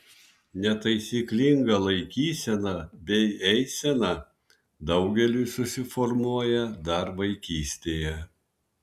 netaisyklinga laikysena bei eisena daugeliui susiformuoja dar vaikystėje